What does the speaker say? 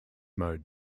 mode